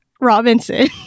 Robinson